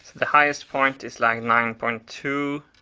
the highest point is like nine point two.